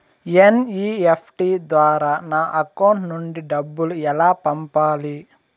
NEFT ద్వారా నా account నుండి డబ్బులు ఎలా పంపాలి